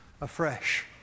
afresh